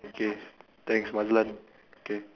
okay thanks Mazlan K